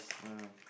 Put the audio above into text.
ah yeah